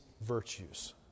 virtues